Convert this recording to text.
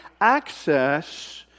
access